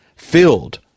filled